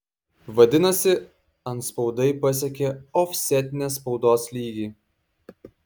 vadinasi antspaudai pasiekė ofsetinės spaudos lygį